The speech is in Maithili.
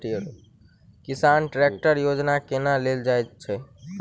किसान ट्रैकटर योजना केना लेल जाय छै?